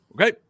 Okay